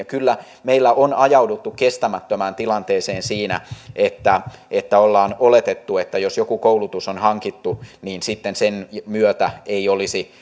kyllä meillä on ajauduttu kestämättömään tilanteeseen siinä että että ollaan oletettu että jos joku koulutus on hankittu niin sitten sen myötä ei olisi